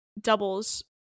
doubles